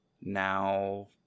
now